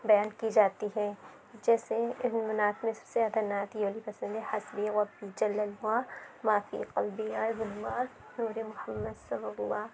بیان کی جاتی ہے جیسے نعت میں سب سے زیادہ نعت یہ والی پسند ہے حسبی ربی جل اللہ ما فی قلبی غیراللہ نورِ محمد صلی اللہ